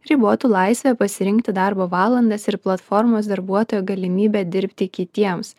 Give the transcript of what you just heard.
ribotų laisvę pasirinkti darbo valandas ir platformos darbuotojo galimybę dirbti kitiems